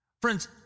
Friends